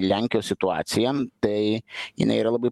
lenkijos situaciją tai jinai yra labai